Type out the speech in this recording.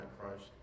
Christ